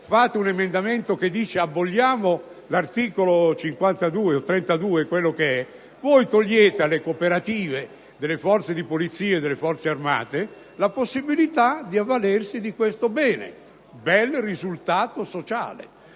fate un emendamento che propone di abolire il comma 52 togliete alle cooperative delle forze di Polizia e delle Forze armate la possibilità di avvalersi di questo bene. Bel risultato sociale!